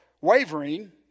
wavering